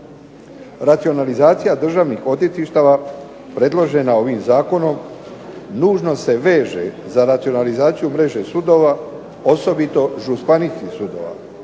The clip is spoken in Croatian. Racionalizacija državnih odvjetništava predložena ovim zakonom nužno se veže za racionalizaciju mreže sudova, osobito županijskih sudova,